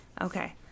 Okay